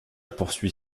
poursuit